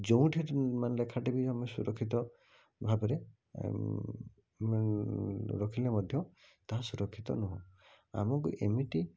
ଯେଉଁଠି ବି ମାନେ ଲେଖାଟେ ଆମେ ସୁରକ୍ଷିତ ଭାବରେ ରଖିଲେ ମଧ୍ୟ ତାହା ସୁରକ୍ଷିତ ନୁହଁ ଆମକୁ ଏମିତି